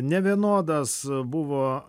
nevienodas buvo